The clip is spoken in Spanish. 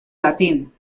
latín